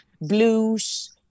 Blues